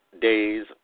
days